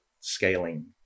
scaling